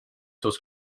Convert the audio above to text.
thus